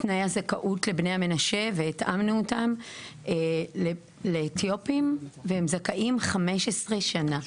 תנאי הזכאות לבני המנשה והתאמנו אותם לאתיופים והם זכאים חמש עשרה שנה.